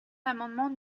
l’amendement